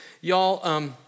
y'all